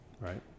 right